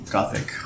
Gothic